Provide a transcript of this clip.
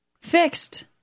fixed